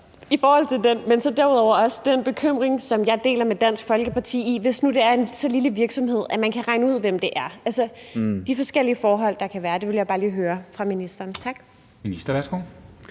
i forhold til den bekymring, som jeg deler med Dansk Folkeparti, hvis nu det er en så lille virksomhed, at man kan regne ud, hvem det er. Det er altså de forskellige forhold, der kan være, som jeg bare lige vil høre ministeren om.